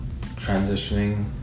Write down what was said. transitioning